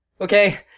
okay